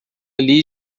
lhe